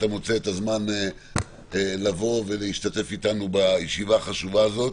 אתה מוצא את הזמן לבוא ולהשתתף אתנו בישיבה החשובה הזאת.